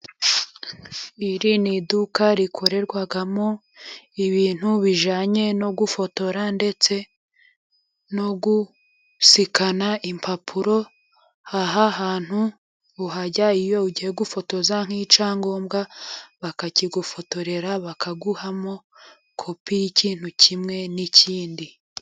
Iri ni iduka rikorerwamo ibintu bijyanye no gufotora ndetse no gusikana impapuro, aha hantu uhajya iyo ugiye gufotoza nk'icyangombwa bakakigufotorera bakaguhamo kopi y'ikintu kimwe n'ikindi.